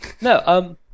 No